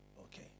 Okay